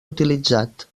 utilitzat